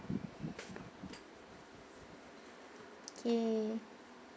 K